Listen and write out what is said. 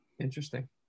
Interesting